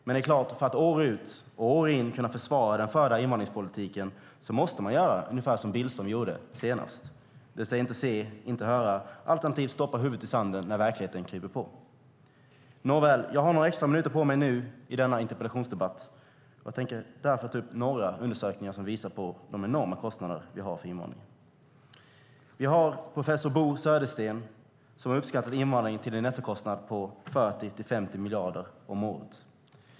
Men det är klart att för att år ut och år in kunna försvara den förda invandringspolitiken måste man göra ungefär som Billström gjorde senast, det vill säga inte se, inte höra, alternativt stoppa huvudet i sanden när verkligheten kryper sig på. Nåväl, jag har några extra minuter på mig i denna interpellationsdebatt. Jag tänker därför ta upp några undersökningar som visar på de enorma kostnader vi har för invandringen. Professor Bo Södersten har uppskattat nettokostnaden för invandringen till 40-50 miljarder om året.